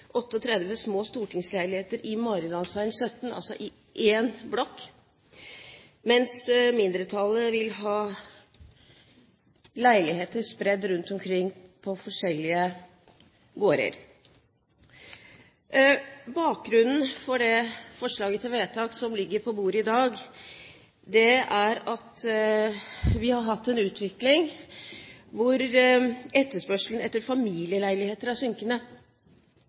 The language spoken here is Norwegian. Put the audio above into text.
38 små stortingsleiligheter i Maridalsveien 17, altså i én blokk, mens mindretallet vil ha leiligheter spredd rundt omkring i forskjellige gårder. Bakgrunnen for det forslaget til vedtak som ligger på bordet i dag, er at vi har hatt en utvikling hvor etterspørselen etter familieleiligheter har vært synkende.